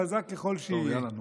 חזק ככל שיהיה.